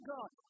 God